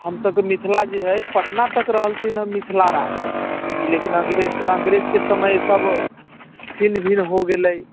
हमसभकेँ मिथिला जे हय पटना तक रहलथिन हँ मिथिला राज्य लेकिन अङ्ग्रेज अङ्ग्रेजके समय सभ छिन्न भिन्न हो गेलै